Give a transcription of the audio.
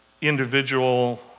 individual